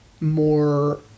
more